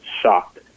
shocked